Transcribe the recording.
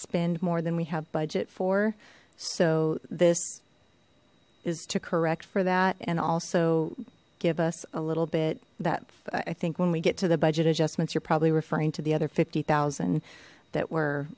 spend more than we have budget for so this is to correct for and also give us a little bit that i think when we get to the budget adjustments you're probably referring to the other fifty thousand that were